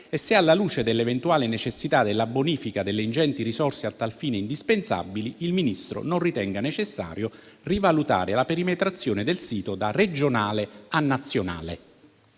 e se, alla luce dell'eventuale necessità della bonifica e delle ingenti risorse a tal fine indispensabili, il Ministro non ritenga necessario rivalutare la perimetrazione del sito da regionale a nazionale.